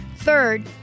Third